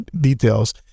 details